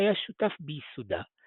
שהיה שותף בייסודה,